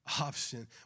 option